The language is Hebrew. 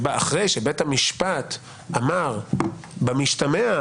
בה אחרי שבית המשפט אמר במשתמע,